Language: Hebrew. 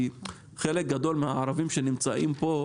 חלק גדול מהערבים שנמצאים פה,